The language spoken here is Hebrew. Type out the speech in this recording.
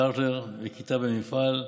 סטרטר וכיתה במפעל,